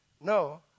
no